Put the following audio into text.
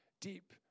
deep